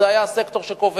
זה היה הפקטור שקובע.